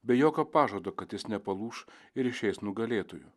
be jokio pažado kad jis nepalūš ir išeis nugalėtoju